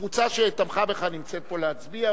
הקבוצה שתמכה בך נמצאת פה להצביע,